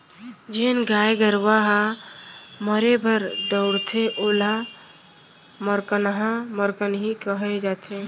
जेन गाय गरूवा ह मारे बर दउड़थे ओला मरकनहा मरकनही कहे जाथे